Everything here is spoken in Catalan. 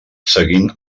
seguint